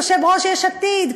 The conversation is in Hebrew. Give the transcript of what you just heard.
יושב-ראש יש עתיד,